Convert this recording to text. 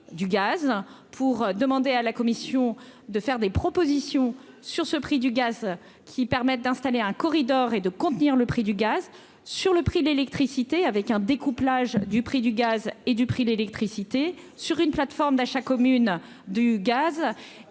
pour demander à la Commission de faire des propositions sur ce prix du gaz qui permettent d'installer un corridor et de contenir le prix du gaz sur le prix de l'électricité avec un découplage du prix du gaz et du prix de l'électricité sur une plateforme d'achat commune du gaz